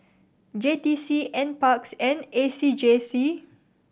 J T C N Parks and A C J C